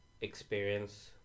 experience